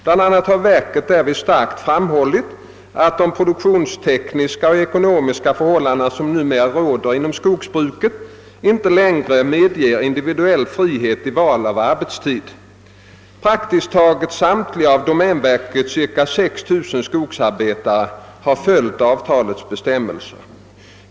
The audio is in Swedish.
Bland annat har verket härvid starkt framhållit att de produktionstekniska och ekonomiska förhållanden som numera råder inom skogsbruket inte längre medger individuell frihet i val av arbetstid. Praktiskt taget samtliga av domänverkets cirka 6 000 skogsarbetare har följt avtalets bestämmelser.